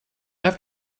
have